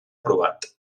provat